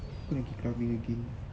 aku nak pergi clubbing again